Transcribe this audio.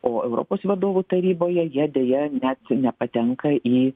o europos vadovų taryboje jie deja net nepatenka į